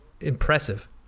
impressive